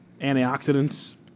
antioxidants